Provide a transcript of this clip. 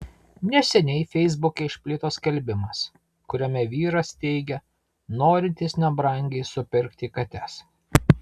neseniai feisbuke išplito skelbimas kuriame vyras teigia norintis nebrangiai supirkti kates